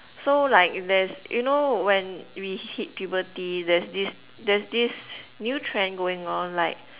so like there's you know when we hit puberty there's this there's this new trend going on like